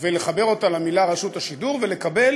ולחבר אותה למילה "רשות השידור" ולקבל